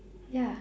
ya